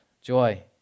joy